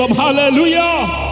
hallelujah